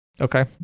Okay